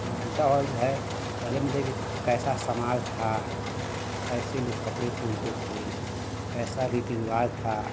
जो बीता हुआ है पहले मतलब एक एक कैसा समाज था कैसे लोग कपड़े पहनते थे कैसा रीति रिवाज था